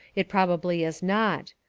it probably is not.